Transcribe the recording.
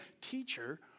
Teacher